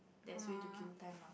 that's the way to kill time lah